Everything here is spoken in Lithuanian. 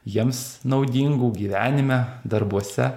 jiems naudingų gyvenime darbuose